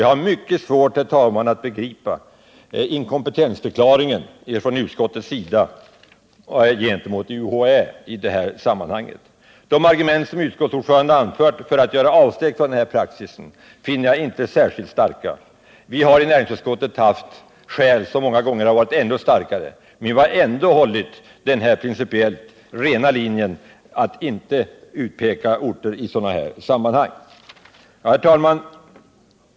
Jag har mycket svårt, herr talman, att begripa utskottets inkompetensförklaring av UHÄ. De argument som utskottsordföranden anfört för att göra avsteg från denna praxis finner jag inte särskilt starka. Vi hari näringsutskottet många gånger haft skäl som varit ännu starkare, men vi har ändå hållit den principiellt rena linjen att inte utpeka orter i sådana här sammanhang. Herr talman!